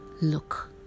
look